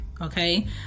okay